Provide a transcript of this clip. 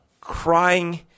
crying –